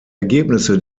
ergebnisse